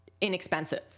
inexpensive